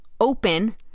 open